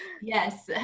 yes